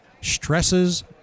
stresses